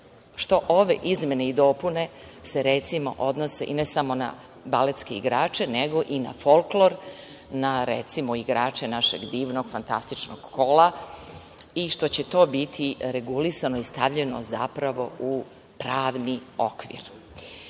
što ove izmene i dopune se recimo odnose, i ne samo na baletske igrače, nego i na folklor, na recimo igrače našeg divnog, fantastičnog „Kola“, i što će to biti regulisano i stavljeno zapravo u pravni okvir. Htela